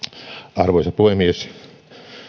arvoisa puhemies